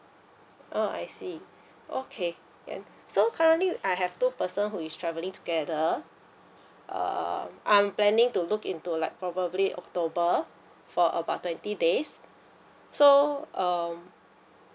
oh I see okay can so currently I have two person who is travelling together err I'm planning to look into like probably october for about twenty days so um